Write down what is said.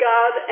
God